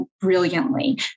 brilliantly